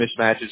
mismatches